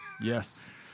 yes